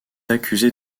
accusée